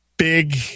Big